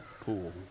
pool